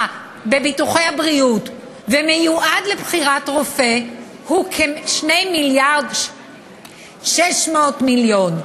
בביטוחי הבריאות ומיועד לבחירת רופא הוא כ-2.6 מיליארד.